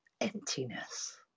emptiness